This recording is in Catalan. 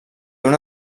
una